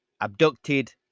abducted